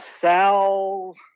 sal